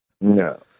No